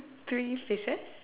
three fishes